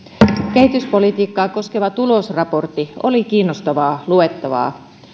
kehityspolitiikkaa koskeva tulosraportti oli kiinnostavaa luettavaa